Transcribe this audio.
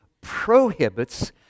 prohibits